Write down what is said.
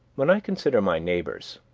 when i consider my neighbors,